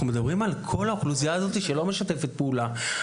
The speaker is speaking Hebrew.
אבל אנחנו מדברים על כל האוכלוסייה הזו שלא משתפת פעולה.